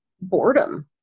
boredom